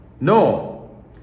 No